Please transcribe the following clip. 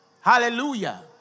Hallelujah